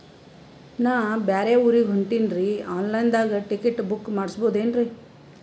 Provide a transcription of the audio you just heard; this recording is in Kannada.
ನಾ ಬ್ಯಾರೆ ಊರಿಗೆ ಹೊಂಟಿನ್ರಿ ಆನ್ ಲೈನ್ ದಾಗ ಟಿಕೆಟ ಬುಕ್ಕ ಮಾಡಸ್ಬೋದೇನ್ರಿ?